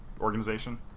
organization